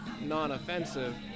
non-offensive